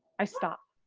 i stop.